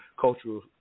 Cultural